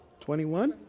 21